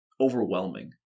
overwhelming